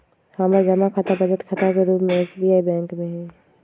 हमर जमा खता बचत खता के रूप में एस.बी.आई बैंक में हइ